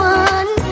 one